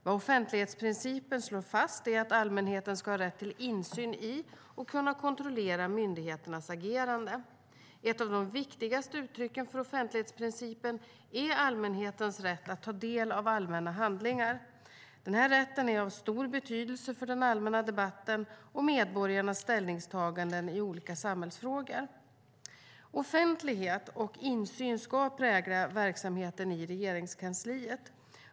Vad offentlighetsprincipen slår fast är att allmänheten ska ha rätt till insyn i och kunna kontrollera myndigheternas agerande. Ett av de viktigaste uttrycken för offentlighetsprincipen är allmänhetens rätt att ta del av allmänna handlingar. Denna rätt är av stor betydelse för den allmänna debatten och medborgarnas ställningstaganden i olika samhällsfrågor. Offentlighet och insyn ska prägla verksamheten i Regeringskansliet.